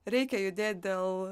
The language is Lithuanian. reikia judėt dėl